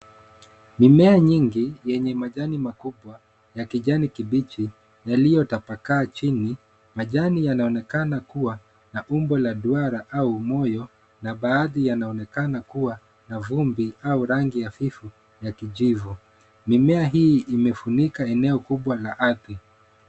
Mimea nyingi yenye majani makubwa ya kijani kibichi yaliyotapakaa chini. Majani yanaonekana kuwa na umbo la duara au moyo na baadhi yanaonekana kuwa na vumbi au rangi hafifu ya kijivu. Mimea hii imefunika eneo kubwa la ardhi.